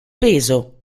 peso